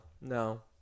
no